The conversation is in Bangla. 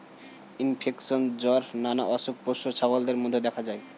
ইনফেকশন, জ্বর নানা অসুখ পোষ্য ছাগলদের মধ্যে দেখা যায়